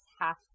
half